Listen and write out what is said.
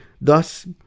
thus